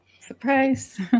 Surprise